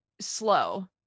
slow